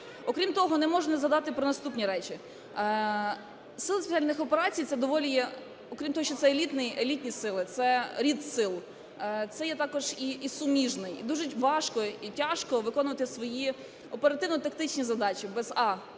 Окрім того, не можу не згадати про наступні речі. Сили Спеціальних операцій – це доволі, окрім того, що це елітні сили, це рід сил, це є також і суміжний. І дуже важко і тяжко виконувати свої оперативно-тактичні задачі без: